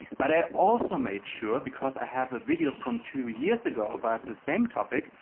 but i also made sure, because i have a video from two years ago about the same topic,